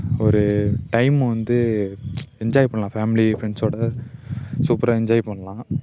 ஒரு டைம் வந்து என்ஜாய் பண்ணலாம் ஃபேமிலி ஃப்ரெண்ட்ஸோட சூப்பராக என்ஜாய் பண்ணலாம்